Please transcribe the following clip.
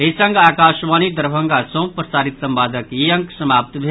एहि संग आकाशवाणी दरभंगा सँ प्रसारित संवादक ई अंक समाप्त भेल